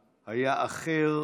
דן מרזוק, היועצת המשפטית לכנסת עו"ד